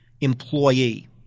employee